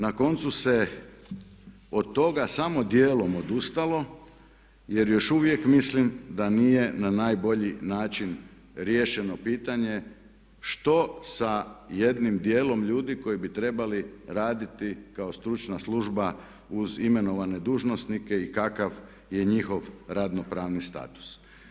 Na koncu se od toga samo dijelom odustalo, jer još uvijek mislim da nije na najbolji način riješeno pitanje što sa jednim dijelom ljudi koji bi trebali raditi kao stručna služba uz imenovane dužnosnike i kakav je njihov radno pravni status.